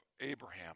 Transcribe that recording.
Abraham